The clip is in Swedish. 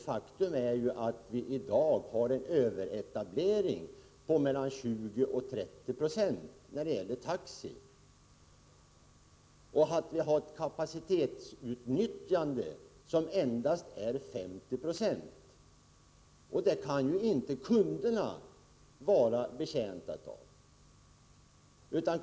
Faktum är att vi i dag har en överetablering när det gäller taxi på mellan 20 och 30 96 och att vi har ett kapacitetsutnyttjande som endast är 50 20. Det kan ju inte kunderna vara betjänta av!